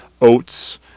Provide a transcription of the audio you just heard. oats